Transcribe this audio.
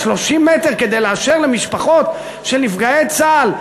30 מ"ר כדי לאפשר למשפחות של נפגעי צה"ל,